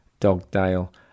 Dogdale